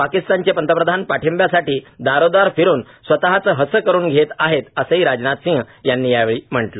पाकिस्तानचे पंतप्रधान पाठिंब्यासाठी दारोदार फिरून स्वतःच हसं करून घेत आहेत असंही राजनाथ सिंह यांनी यावेळी म्हटलं